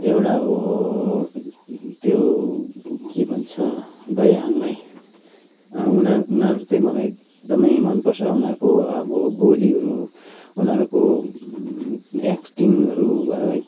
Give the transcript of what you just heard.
एउटा हो त्यो के भन्छ दयाहाङ राई उनीहरू उनीहरू चाहिँ मलाई एकदमै मनपर्छ उनीहरूको अब बोलीहरू उनीहरूको एक्टिङहरू भयो है